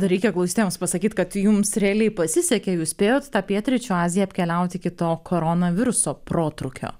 dar reikia klausytojams pasakyt kad jums realiai pasisekė jūs spėjot tą pietryčių aziją apkeliauti iki to koronaviruso protrūkio